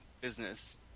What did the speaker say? business